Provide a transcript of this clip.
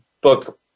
book